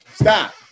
Stop